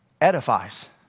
edifies